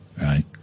right